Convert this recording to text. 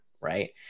Right